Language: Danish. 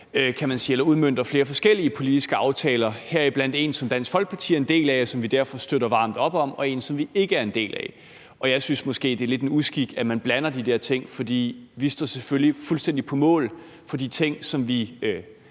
der samler eller udmønter flere forskellige politiske aftaler, heriblandt en, som Dansk Folkeparti er en del af, og som vi derfor støtter varmt op om, og en, som vi ikke er en del af. Og jeg synes måske, det lidt er en uskik, at man blander de der ting. For vi står selvfølgelig fuldstændig på mål for de ting, som vi